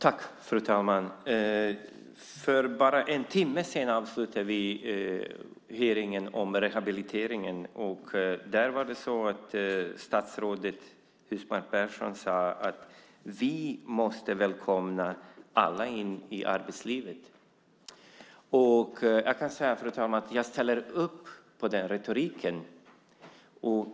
Fru talman! För bara en timme sedan avslutade vi hearingen om rehabiliteringen. Där sade statsrådet Husmark Pehrsson att vi måste välkomna alla i arbetslivet. Fru talman! Jag ställer upp på den retoriken.